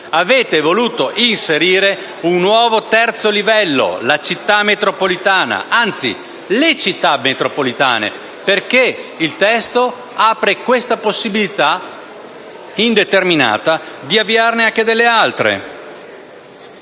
avete voluto inserire un nuovo terzo livello: la Città metropolitana; anzi, le Città metropolitane, perché il testo apre alla possibilità indeterminata di avviarne anche delle altre.